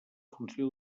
funció